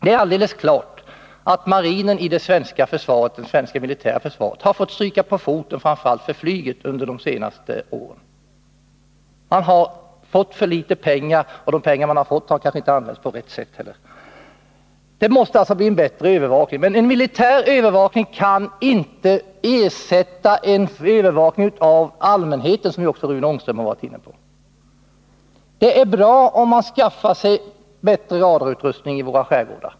Det är helt klart att marinen i det svenska militära försvaret har fått stryka på foten framför allt för flyget under de senaste åren. Man har fått för litet pengar, och de pengar man har fått har kanske inte använts på rätt sätt. 109 Det måste alltså bli en bättre övervakning. Men en militär övervakning kan inte ersätta allmänhetens övervakning, och det var också Rune Ångström inne på. Det är bra om man skaffar bättre radarutrustning till våra skärgårdar.